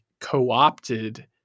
co-opted